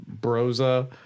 Broza